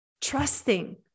trusting